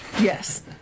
Yes